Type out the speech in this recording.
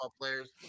players